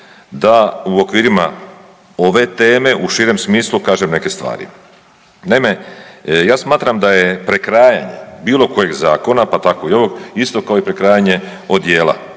da u okvirima ove teme u širem smislu kažem neke stvari. Naime, ja smatram da je prekrajanje bilo kojeg zakona, pa tako i ovog isto kao i prekrajanje odijela.